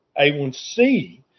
A1c